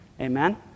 amen